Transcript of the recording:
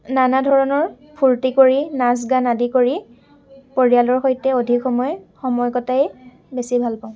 নানা ধৰণৰ ফূৰ্তি কৰি নাচ গান আদি কৰি পৰিয়ালৰ সৈতে অধিক সময় সময় কটাই বেছি ভাল পাওঁ